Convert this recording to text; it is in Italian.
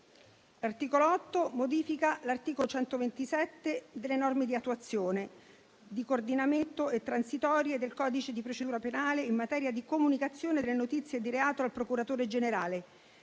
L'articolo 8 modifica l'articolo 127 delle norme di attuazione, di coordinamento e transitorie del codice di procedura penale in materia di comunicazione delle notizie di reato al procuratore generale,